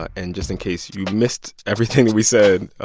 and just in case you missed everything we said,